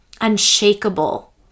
unshakable